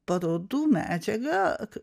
parodų medžiagą